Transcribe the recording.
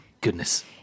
goodness